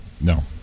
No